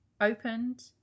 opened